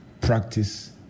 Practice